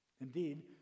Indeed